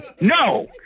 no